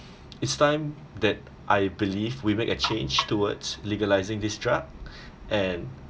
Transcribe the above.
it's time that I believe we make a change towards legalising this drug and